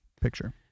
picture